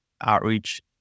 outreach